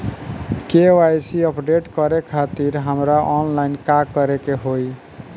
KYC update करे खातिर हमरा ऑनलाइन का करे के होई?